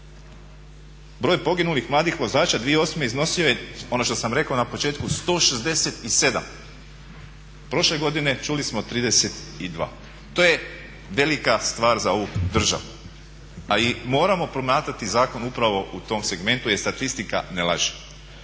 Broj poginulih mladih vozača 2008. iznosio je, ono što sam rekao na početku, 167. Prošle godine čuli smo 32. To je velika stvar za ovu državu. A i moramo promatrati zakon upravo u tom segmentu jer statistika ne laže.